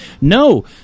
No